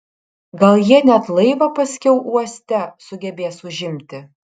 gal jie net laivą paskiau uoste sugebės užimti